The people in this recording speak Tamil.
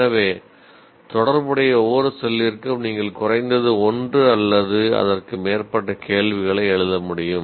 எனவே தொடர்புடைய ஒவ்வொரு செல்லிலும் நீங்கள் குறைந்தது ஒன்று அல்லது அதற்கு மேற்பட்ட கேள்விகளை எழுத முடியும்